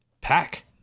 Pack